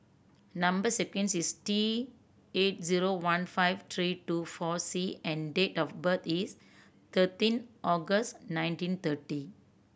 number sequence is T eight zero one five three two four C and date of birth is thirteen August nineteen thirty